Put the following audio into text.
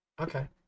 Okay